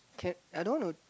can I don't want to